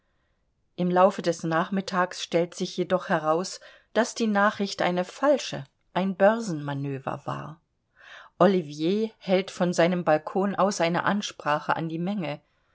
im laufe des nachmittags stellt sich jedoch heraus daß die nachricht eine falsche ein börsenmanöver war ollivier hält von seinem balkon aus eine ansprache an die menge